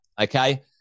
Okay